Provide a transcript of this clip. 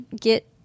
get